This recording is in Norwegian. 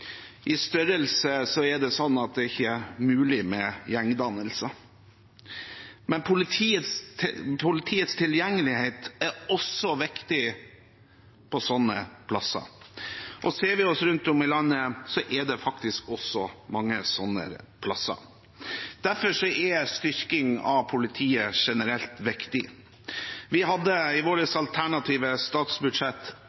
I størrelse er det sånn at det ikke er mulig med gjengdannelser, men politiets tilgjengelighet er også viktig på sånne plasser. Ser vi oss rundt om i landet, er det faktisk mange sånne plasser. Derfor er styrking av politiet generelt viktig. Vi hadde i